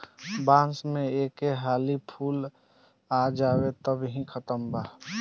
बांस में एक हाली फूल आ जाओ तब इ खतम बा